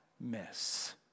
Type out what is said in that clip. miss